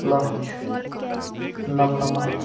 لَچھ نَمنَمَتھ